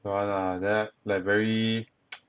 don't want ah like that like very